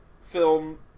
film